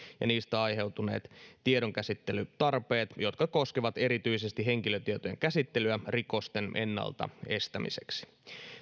ja niistä aiheutuneet tiedonkäsittelytarpeet jotka koskevat erityisesti henkilötietojen käsittelyä rikosten ennalta estämiseksi